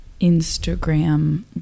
Instagram